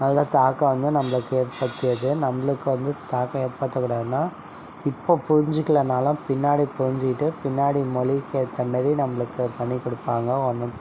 அதனால் தாக்கம் வந்து நம்மளுக்கு ஏற்படுத்தியது நம்மளுக்கு வந்து தாக்கம் ஏற்படுத்தக் கூடாதுன்னு தான் இப்போது புரிஞ்சிக்கலைன்னாலும் பின்னாடி புரிஞ்சுக்கிட்டு பின்னாடி மொழிக்கு ஏற்ற மாரி நம்மளுக்கு பண்ணிக்கொடுப்பாங்க